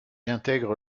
intègre